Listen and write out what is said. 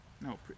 no